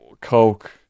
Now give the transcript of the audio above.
Coke